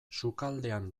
sukaldean